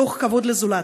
מתוך כבוד לזולת,